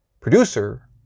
Producer